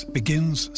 begins